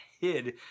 hid